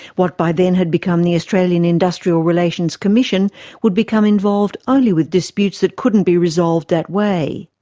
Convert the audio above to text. what by then had become the australian industrial relations commission would become involved only with disputes that couldn't be resolved that way.